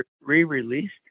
re-released